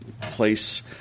place